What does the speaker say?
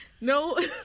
No